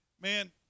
Man